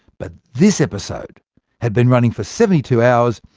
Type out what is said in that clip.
but this episode had been running for seventy two hours,